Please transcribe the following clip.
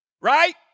right